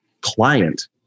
client